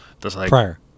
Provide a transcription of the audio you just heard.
prior